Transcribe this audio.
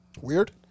Weird